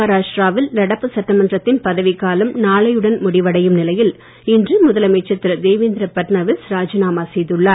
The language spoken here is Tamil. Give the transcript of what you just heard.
மகாராஷ்டிராவில் நடப்பு சட்டமன்றத்தின் பதவிக் காலம் நாளையுடன் முடிவடையும் நிலையில் இன்று முதலமைச்சர் திரு தேவேந்திர ஃபட்நவீஸ் ராஜினாமா செய்துள்ளார்